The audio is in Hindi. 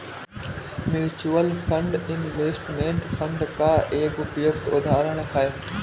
म्यूचूअल फंड इनवेस्टमेंट फंड का एक उपयुक्त उदाहरण है